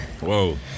Whoa